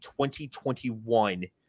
2021